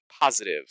positive